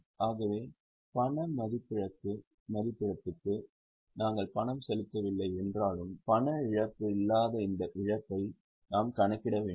ஆகவே பணமதிப்பிழப்புக்கு நாங்கள் பணம் செலுத்தவில்லை என்றாலும் பண இழப்பு இல்லாத இந்த இழப்பை நாம் கணக்கிட வேண்டும்